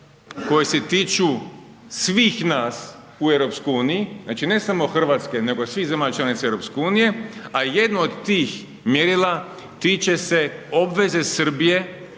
koje se tiču svih nas u EU, znači ne samo Hrvatske, nego svih zemalja članica EU, a jedno od tih mjerila, tiče se obveze Srbije,